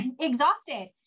exhausted